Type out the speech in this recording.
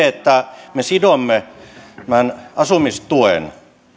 että me sidomme tämän asumistuen